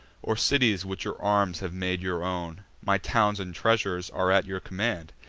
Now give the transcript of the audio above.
or cities which your arms have made your own my towns and treasures are at your command,